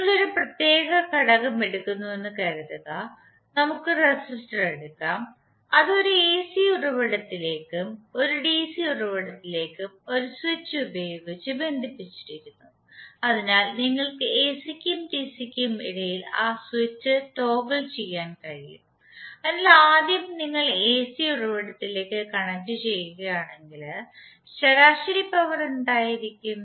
നിങ്ങൾ ഒരു പ്രത്യേക ഘടകം എടുക്കുന്നുവെന്ന് കരുതുക നമുക്ക് റെസിസ്റ്റർ എടുക്കാം അത് ഒരു എസി ഉറവിടത്തിലേക്കും ഒരു ഡിസി ഉറവിടത്തിലേക്കും ഒരു സ്വിച്ച് ഉപയോഗിച്ച് ബന്ധിപ്പിച്ചിരിക്കുന്നു അതിനാൽ നിങ്ങൾക്ക് എസിക്കും ഡിസിക്കും ഇടയിൽ ആ സ്വിച്ച് ടോഗിൾ ചെയ്യാൻ കഴിയും അതിനാൽ ആദ്യം നിങ്ങൾ എസി ഉറവിടത്തിലേക്ക് കണക്റ്റുചെയ്യുകയാണെങ്കിൽ ശരാശരി പവർ എന്തായിരിക്കും